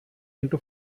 into